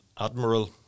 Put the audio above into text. admiral